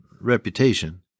reputation